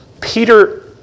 Peter